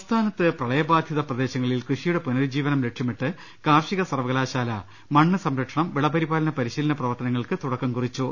സംസ്ഥാനത്ത് പ്രളയബാധിത പ്രദേശങ്ങളിൽ കൃഷിയുടെ പുന രുജ്ജീവനം ് ലക്ഷ്യമിട്ട് കാർഷിക സർവ്വകലാശാല മണ്ണ് സംര ക്ഷണം വിള പരിപാലന പരിശീലന പ്രവർത്തനങ്ങൾക്ക് തുടക്കം കുറിച്ചു